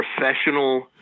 professional